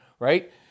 right